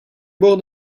bord